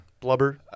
Blubber